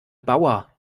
bauer